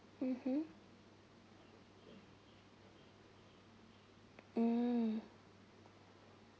mmhmm mm